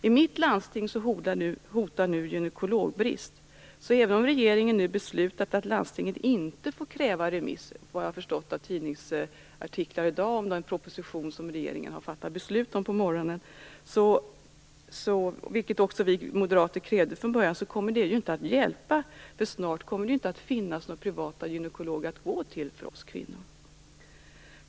I mitt landsting hotar nu gynekologbrist. Regeringen har, vad jag har förstått av tidningsartiklar i dag om den proposition som regeringen har fattat beslut om på morgonen, beslutat att landstingen inte får kräva remiss. Men även om man har beslutat om detta, något som vi moderater krävde från början, kommer det ju inte att hjälpa. Snart kommer det nämligen inte att finnas några privata gynekologer att gå till för oss kvinnor.